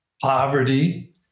poverty